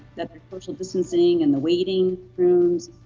that they're social distancing in the waiting rooms.